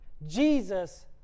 Jesus